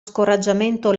scoraggiamento